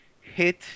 hit